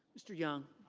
mr. young.